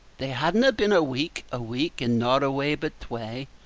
they hadna been a week, a week, in noroway, but twae,